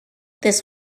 this